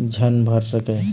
झन भर सकय